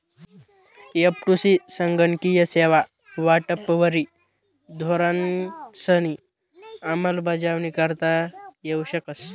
एफ.टु.सी संगणकीय सेवा वाटपवरी धोरणंसनी अंमलबजावणी करता येऊ शकस